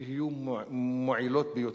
יהיו מועילות ביותר.